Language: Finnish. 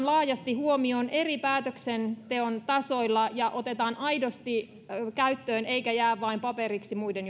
laajasti huomioon eri päätöksenteon tasoilla ja otetaan aidosti käyttöön eikä jää vain paperiksi muiden